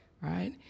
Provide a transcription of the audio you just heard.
right